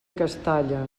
castalla